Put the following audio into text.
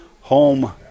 home